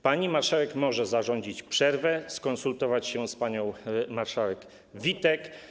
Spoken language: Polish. Pani marszałek może zarządzić przerwę, skonsultować się z panią marszałek Witek.